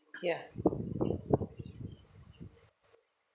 here